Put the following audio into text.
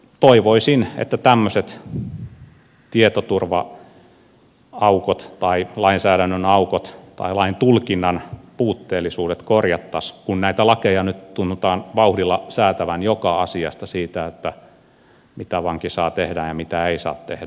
toivoisin että tämmöiset tietoturva aukot tai lainsäädännön aukot tai lain tulkinnan puutteellisuudet korjattaisiin kun näitä lakeja nyt tunnutaan vauhdilla säädettävän joka asiasta siitä mitä vanki saa tehdä ja mitä ei saa tehdä